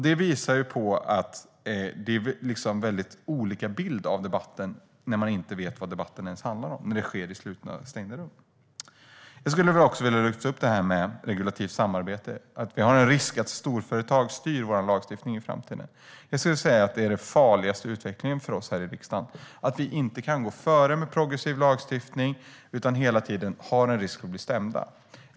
Det visar ju på att det finns väldigt olika bilder av debatten när man inte ens vet vad den handlar om eftersom den förs i slutna rum. Jag skulle också vilja lyfta fram detta med regulativt samarbete och att det finns en risk för att storföretag styr vår lagstiftning i framtiden. Jag skulle säga att det är den farligaste utvecklingen för oss i riksdagen, alltså att vi inte kan gå före med progressiv lagstiftning utan att hela tiden löpa risk att bli stämda.